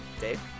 Dave